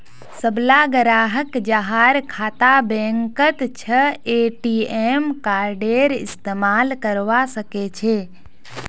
सबला ग्राहक जहार खाता बैंकत छ ए.टी.एम कार्डेर इस्तमाल करवा सके छे